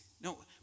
No